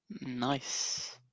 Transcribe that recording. Nice